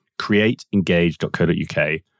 createengage.co.uk